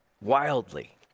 wildly